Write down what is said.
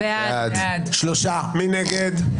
מי נגד?